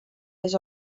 les